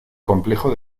complejo